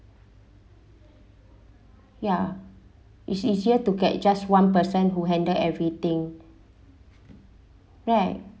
ya it's easier to get just one per cent who handle everything right